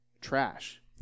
trash